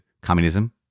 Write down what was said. communism